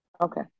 Okay